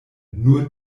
nur